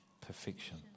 perfection